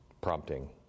prompting